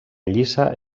lliça